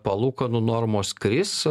palūkanų normos kris